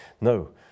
No